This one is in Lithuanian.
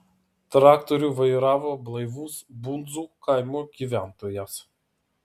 traktorių vairavo blaivus bundzų kaimo gyventojas